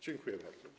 Dziękuję bardzo.